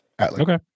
Okay